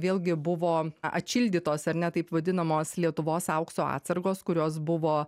vėlgi buvo atšildytos ar ne taip vadinamos lietuvos aukso atsargos kurios buvo